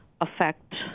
affect